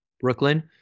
Brooklyn